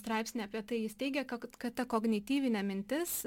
straipsnį apie tai jis teigia kag ta kognityvinė mintis